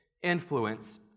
influence